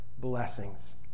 blessings